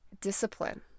discipline